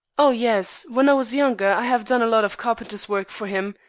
oh, yes. when i was younger i have done a lot of carpenter's work for him.